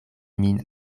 min